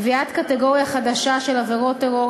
קביעת קטגוריה חדשה של עבירות טרור,